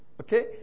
Okay